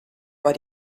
war